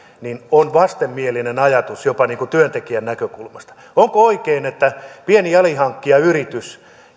on vastenmielinen ajatus jopa työntekijän näkökulmasta onko oikein että pieni alihankkijayritys